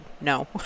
no